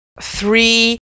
three